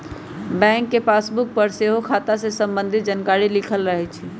bank के passbook पर सेहो खता से संबंधित जानकारी लिखल रहै छइ